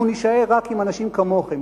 אנחנו נישאר רק עם אנשים כמוכם.